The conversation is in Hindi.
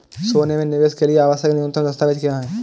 सोने में निवेश के लिए आवश्यक न्यूनतम दस्तावेज़ क्या हैं?